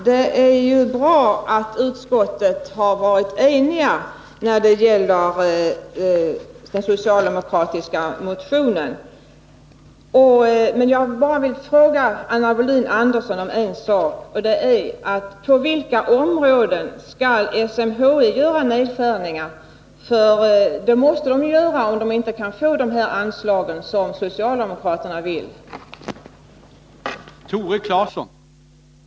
Det är ju bra att utskottet har varit enigt när det gäller den socialdemokratiska motionen, men jag vill fråga Anna Wohlin-Andersson om en sak: På vilka områden skall SMHI göra nedskärningar, för det måste ju verket göra om det inte kan få de anslag som socialdemokraterna vill ge?